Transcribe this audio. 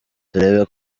turebe